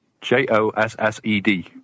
J-O-S-S-E-D